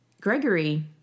Gregory